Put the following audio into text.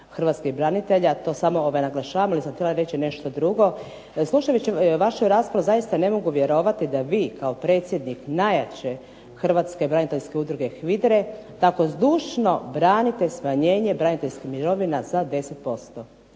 hrvatskih branitelja. To samo naglašavam, ali sam htjela reći nešto drugo. Slušajući vašu raspravu zaista ne mogu vjerovati da vi kao predsjednik najjače hrvatske braniteljske udruge HVIDRA-e tako zdušno branite smanjenje braniteljskih mirovina za 10%.